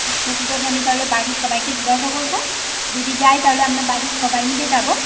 আচ্ছা ঠিক আছে আমি তাহলে বাড়ির সবাইকে জিজ্ঞাসা করবো যদি যায় তাহলে আমরা বাড়ির সবাই মিলে যাবো